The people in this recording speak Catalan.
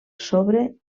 sobre